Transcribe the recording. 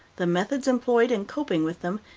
the methods employed in coping with them,